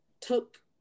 took